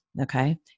Okay